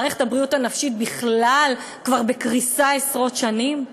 מערכת הבריאות הנפשית בכלל כבר בקריסה עשרות שנים?